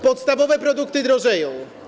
Podstawowe produkty drożeją.